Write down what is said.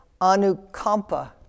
anukampa